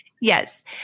Yes